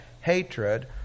hatred